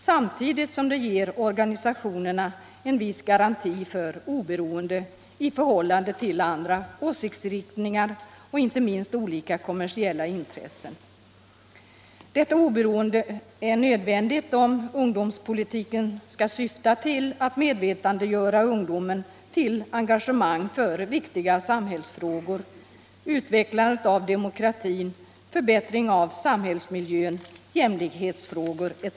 samtidigt som det ger organisationerna en viss garanti för oberoende i förhållande till andra åsiktsriktningar och inte minst olika kommersiella intressen. Detta oberoende är nödvändigt om ungdomspolitiken skall syfta till att medvetandegöra ungdomen till engagemang för viktiga samhällsfrågor. utvecklandet av demokratin, förbättring av samhällsmiljön, Jämlikhetsfrågor etc.